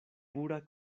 pura